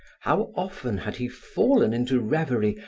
how often had he fallen into revery,